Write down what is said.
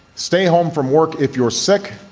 stay home from work if you're sick,